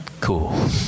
cool